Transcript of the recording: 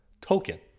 token